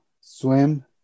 swim